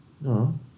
No